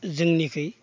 जोंनिखै